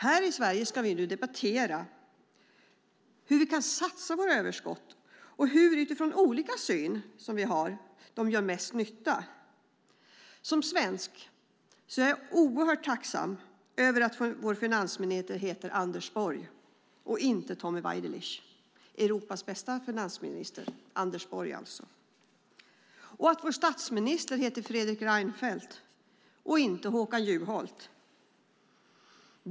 Här i Sverige ska vi nu debattera hur vi kan satsa våra överskott och hur de gör mest nytta utifrån våra olika partiers syn på det. Som svensk är jag oerhört tacksam över att vår finansminister heter Anders Borg, och är Europas bästa finansminister, och inte Tommy Waidelich och att vår statsminister heter Fredrik Reinfeldt och inte Håkan Juholt.